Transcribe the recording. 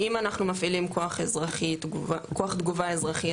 אם אנחנו מפעילים כוח תגובה אזרחי,